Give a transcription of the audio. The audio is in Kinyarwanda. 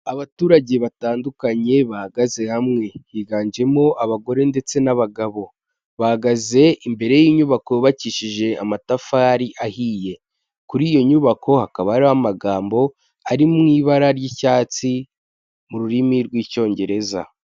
Abaturage batandukanye bahagaze hamwe, higanjemo abagore ndetse n'abagabo, bahagaze imbere y'inyubako yubakishije amatafari ahiye, kuri iyo nyubako hakaba hari amagambo ari mu ibara ry'icyatsi mu rurimi rw'Icyongereza.